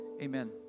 amen